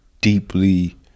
deeply